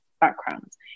backgrounds